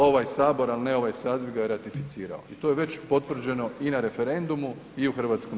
Ovaj sabor, al ne ovaj saziv ga je ratificirao, to je već potvrđeno i na referendumu i u HS.